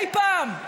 אי פעם,